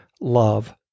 love